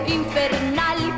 infernal